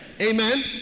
Amen